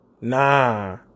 nah